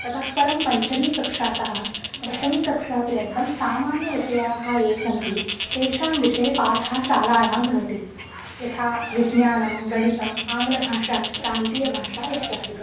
ततःपरं पञ्चमीकक्षातः दशमीकक्षापर्यन्तं सामान्यविषयाः ये सन्ति तेषां विषये पाठः शालायां भवति यथा विज्ञानं गणितम् आङ्ग्लभाषा प्रान्तीयभाषा इत्यादिकं